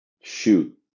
Shoot